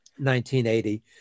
1980